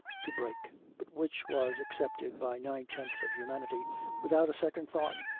to break, but which was accepted by nine-tenths of humanity without a second thought,